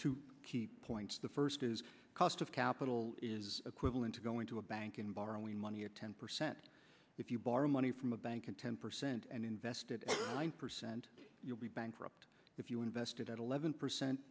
two key points the first is cost of capital is equivalent to going to a bank in borrowing money at ten percent if you borrow money from a bank in ten percent and invested in one percent you'll be bankrupt if you invested at eleven percent